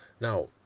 Now